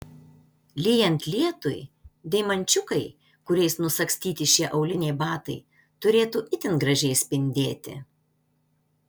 lyjant lietui deimančiukai kuriais nusagstyti šie auliniai batai turėtų itin gražiai spindėti